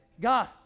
God